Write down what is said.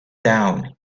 down